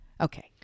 okay